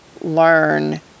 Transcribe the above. learn